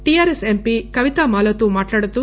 TRS MP Kavitha Maloth మాట్లాడుతూ